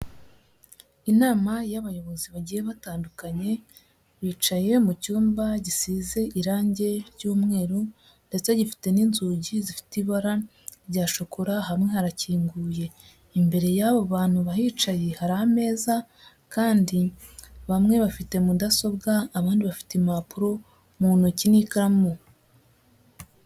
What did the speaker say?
Inama y'abayobozi bagiye batandukanye yicaye mu cyumba gisize irangi ry'umweru ndetse gifite n'inzugi zifite ibara rya shokora hamwe harakinguye. Imbere y'abo bantu bahicaye, hari ameza kandi bamwe bafite mudasobwa abandi bafite impapuro mu ntoki n'ikaramu.